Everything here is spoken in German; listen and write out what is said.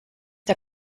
der